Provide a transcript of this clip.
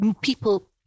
people